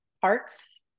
parts